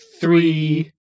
three